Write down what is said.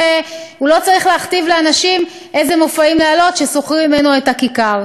הוא לא צריך להכתיב לאנשים איזה מופעים להעלות כששוכרים ממנו את הכיכר.